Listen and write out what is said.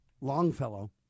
Longfellow